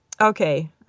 Okay